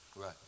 Right